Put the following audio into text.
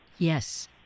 Yes